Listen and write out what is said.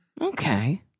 okay